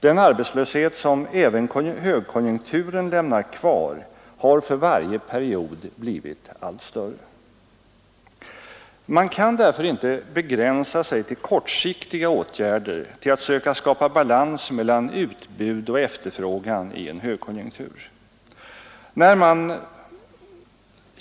Den arbetslöshet som även högkonjunkturen lämnar kvar har för varje period blivit allt större. Man kan därför inte begränsa sig till kortsiktiga åtgärder, till att söka skapa balans mellan utbud och efterfrågan i en högkonjunktur.